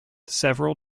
several